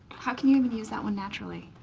how can you even use that one naturally?